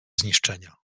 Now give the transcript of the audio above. zniszczenia